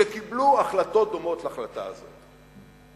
שקיבלו החלטות דומות להחלטה הזאת.